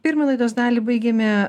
pirmą laidos dalį baigėme